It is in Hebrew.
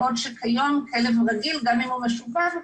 בעוד כשכיום כלב רגיל גם אם הוא משובב,